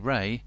Ray